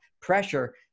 pressure